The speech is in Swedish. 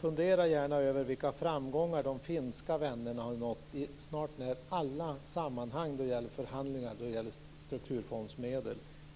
Fundera gärna över vilka framgångar de finska vännerna har nått i snart sagt alla sammanhang i förhandlingar om strukturfondsmedel.